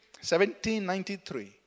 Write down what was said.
1793